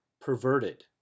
perverted